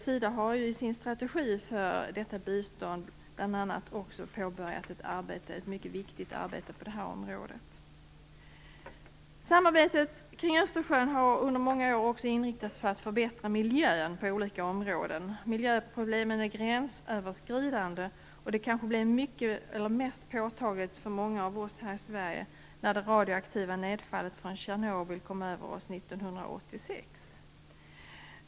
SIDA har också i sin strategi för detta bistånd bl.a. påbörjat ett mycket viktigt arbete på det här området. Samarbetet kring Östersjön har under många år också inriktats på att förbättra miljön på olika områden. Miljöproblemen är gränsöverskridande, och det kanske blev mest påtagligt för många av oss här i Sverige när det radioaktiva nedfallet från Tjernobyl kom över oss 1986.